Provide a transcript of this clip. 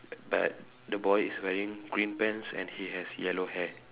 but the boy is wearing green pants and he has yellow hair